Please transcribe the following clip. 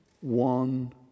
one